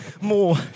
more